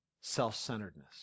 self-centeredness